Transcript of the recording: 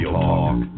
talk